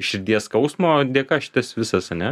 širdies skausmo dėka šitas visas ane